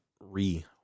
re